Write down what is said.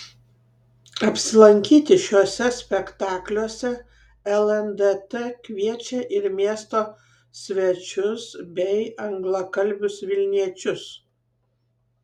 apsilankyti šiuose spektakliuose lndt kviečia ir miesto svečius bei anglakalbius vilniečius